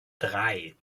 drei